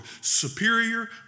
superior